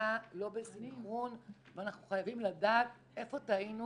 שנמצא לא בסנכרון ואנחנו חייבים לדעת איפה טעינו